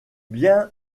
bien